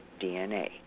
dna